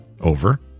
Over